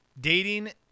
dating